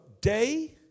day